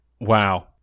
wow